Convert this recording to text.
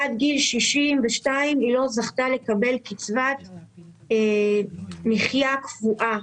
עד גיל 62 היא לא זכתה לקבל קצבת מחיה קבועה.